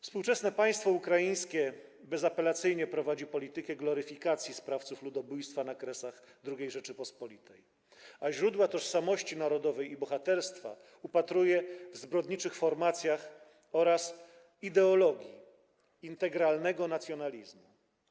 Współczesne państwo ukraińskie bezapelacyjnie prowadzi politykę gloryfikacji sprawców ludobójstwa na Kresach II Rzeczypospolitej, a źródła tożsamości narodowej i bohaterstwa upatruje w zbrodniczych formacjach oraz ideologii integralnego nacjonalizmu.